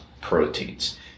proteins